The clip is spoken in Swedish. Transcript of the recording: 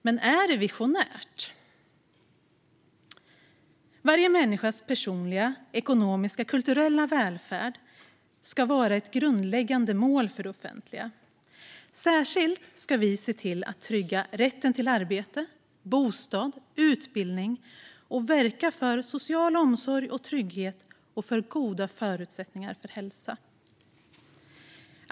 Men är det visionärt? Varje människas personliga, ekonomiska och kulturella välfärd ska vara grundläggande mål för det offentliga. Särskilt ska vi se till att trygga rätten till arbete, bostad och utbildning samt verka för social omsorg och trygghet och goda förutsättningar för hälsa.